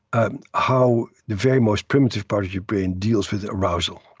ah how the very most primitive part of your brain deals with arousal.